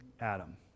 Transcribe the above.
Adam